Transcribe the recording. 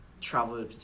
travel